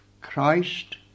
Christ